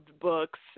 books